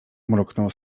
mruknął